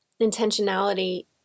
intentionality